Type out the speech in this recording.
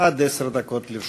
עד עשר דקות לרשותך.